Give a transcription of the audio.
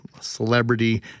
celebrity